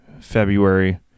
February